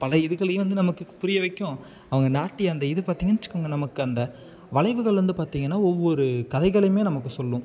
பழைய இதுங்களையும் வந்து நமக்கு புரிய வைக்கும் அவங்க நாட்டியம் அந்த இது பார்த்தீங்க வச்சுக்கோங்க நமக்கு அந்த வளைவுகள் வந்து பார்த்தீங்கன்னா ஒவ்வொரு கதைகளையுமே நமக்கு சொல்லும்